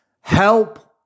Help